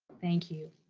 thank you.